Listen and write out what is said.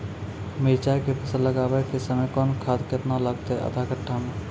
मिरचाय के फसल लगाबै के समय कौन खाद केतना लागतै आधा कट्ठा मे?